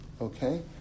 okay